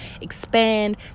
expand